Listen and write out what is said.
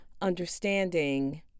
understanding